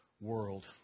world